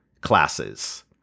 classes